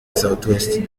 southwest